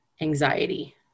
anxiety